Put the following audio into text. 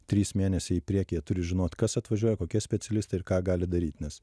trys mėnesiai į priekį jie turi žinot kas atvažiuoja kokie specialistai ir ką gali daryt nes